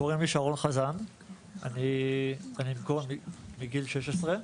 חזן, אני עם קרוהן מגיל 16,